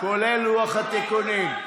כולל לוח התיקונים.